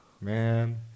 Man